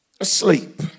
asleep